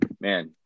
man